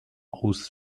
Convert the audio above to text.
aus